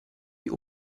die